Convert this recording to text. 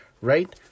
right